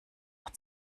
auch